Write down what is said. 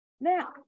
Now